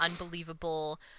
unbelievable